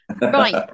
Right